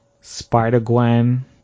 Spider-Gwen